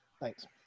Thanks